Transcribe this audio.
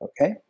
okay